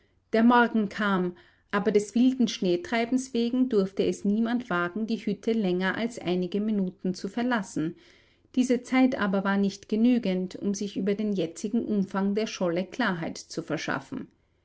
der morgen kam aber des wilden schneetreibens wegen durfte es niemand wagen die hütte länger als einige minuten zu verlassen diese zeit aber war nicht genügend um sich über den jetzigen umfang der scholle klarheit zu verschaffen